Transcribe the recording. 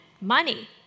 money